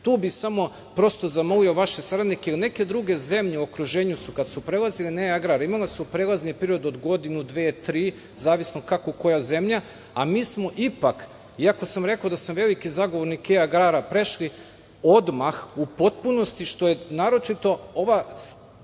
bih samo prosto zamolio vaše saradnike, jer neke druge zemlje u okruženju su kada su prelazile u ne e-Agrar imale su prelazni period od godinu, dve, tri zavisno kako koja zemlja, a mi smo ipak, iako sam rekao da sam veliki zagovornik e-Agrara, prešli odmah u potpunosti, što je naročito ova